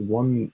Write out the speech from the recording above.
one